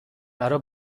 برا